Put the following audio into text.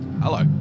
Hello